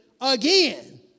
again